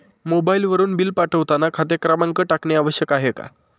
मोबाईलवरून बिल पाठवताना खाते क्रमांक टाकणे आवश्यक आहे का?